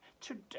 today